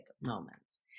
moments